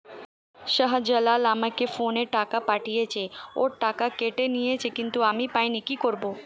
শাহ্জালাল আমাকে ফোনে টাকা পাঠিয়েছে, ওর টাকা কেটে নিয়েছে কিন্তু আমি পাইনি, কি করব?